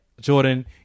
Jordan